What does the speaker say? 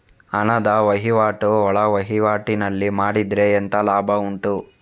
ಹಣದ ವಹಿವಾಟು ಒಳವಹಿವಾಟಿನಲ್ಲಿ ಮಾಡಿದ್ರೆ ಎಂತ ಲಾಭ ಉಂಟು?